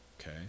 okay